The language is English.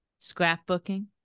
scrapbooking